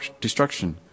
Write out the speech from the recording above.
destruction